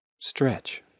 Stretch